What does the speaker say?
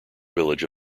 village